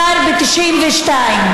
כבר ב-1992.